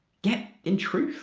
yet, in truth,